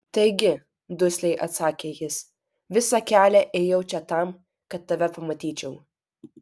taigi dusliai atsakė jis visą kelią ėjau čia tam kad tave pamatyčiau